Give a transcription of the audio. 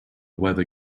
weather